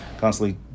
constantly